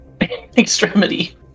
extremity